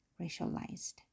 racialized